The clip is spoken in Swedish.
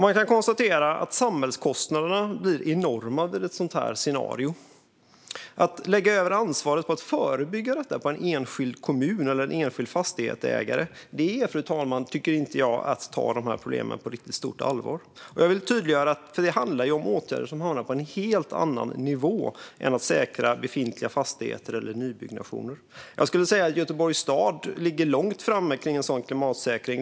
Man kan konstatera att samhällskostnaderna blir enorma vid ett sådant scenario. Att lägga över ansvaret för att förebygga detta på en enskild kommun eller enskild fastighetsägare är, fru talman, inte att ta de här problemen på riktigt stort allvar. Det handlar om åtgärder som hamnar på en helt annan nivå än att säkra befintliga fastigheter eller nybyggnationer. Jag skulle säga att Göteborgs stad ligger långt framme i en sådan klimatsäkring.